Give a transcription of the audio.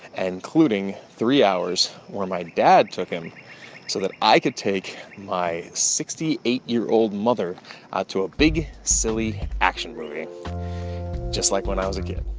and including three hours where my dad took him so that i could take my sixty eight year old mother ah to a big, silly action movie just like when i was a kid